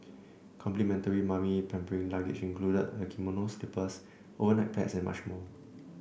complimentary mummy pampering luggage including a kimono slippers overnight pads and much more